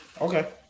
Okay